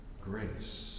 Grace